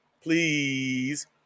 please